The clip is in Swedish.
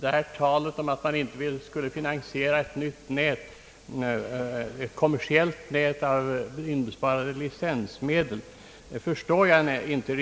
det här talet om att man inte kan finansiera ett nytt, kommersiellt nät med inbesparade licensmedel.